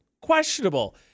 Questionable